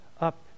up